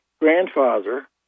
grandfather